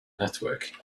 network